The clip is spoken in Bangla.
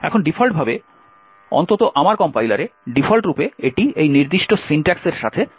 এখন ডিফল্টভাবে অন্তত আমার কম্পাইলারে ডিফল্টরূপে এটি এই নির্দিষ্ট সিনট্যাক্সের সাথে কম্পাইল করা হচ্ছে